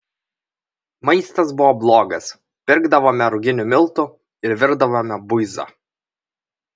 maistas buvo blogas pirkdavome ruginių miltų ir virdavome buizą